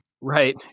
Right